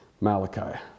Malachi